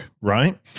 right